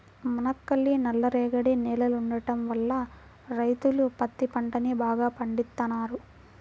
మనకల్లి నల్లరేగడి నేలలుండటం వల్ల రైతులు పత్తి పంటని బాగా పండిత్తన్నారు